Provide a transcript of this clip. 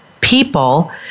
People